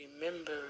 Remember